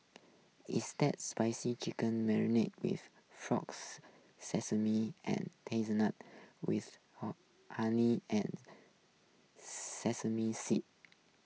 it's that spicy chicken marinated with frogs sesame and with honey and sesame seeds